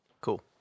Cool